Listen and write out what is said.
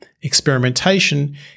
experimentation